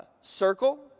circle